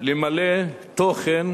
למלא תוכן